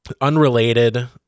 unrelated